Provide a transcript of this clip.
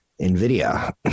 NVIDIA